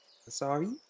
Sorry